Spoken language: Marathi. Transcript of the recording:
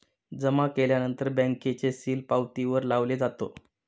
जमा केल्यानंतर बँकेचे सील पावतीवर लावले जातो